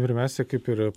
pirmiausia kaip ir